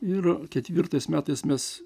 ir ketvirtais metais mes